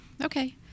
Okay